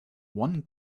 one